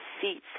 seats